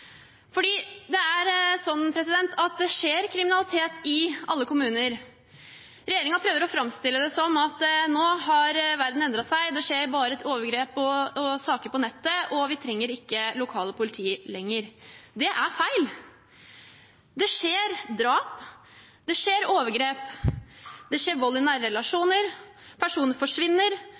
det er sånn at det skjer kriminalitet i alle kommuner. Regjeringen prøver å framstille det som at nå har verden endret seg, det skjer bare overgrep og saker på nettet, og vi trenger ikke lokalt politi lenger. Det er feil. Det skjer drap, det skjer overgrep, det skjer vold i nære relasjoner, personer forsvinner,